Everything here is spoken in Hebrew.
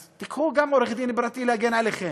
אז תיקחו גם עורך-דין פרטי להגן עליכם.